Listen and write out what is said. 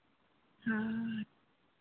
ᱦᱮᱸ